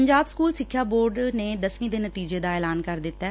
Punjab school ਸਿੱਖਿਆ board ਨੇ ਦਸਵੀ ਦੇ ਨਤੀਜੇ ਦਾ ਐਲਾਨ ਕਰ ਦਿੱਤੈ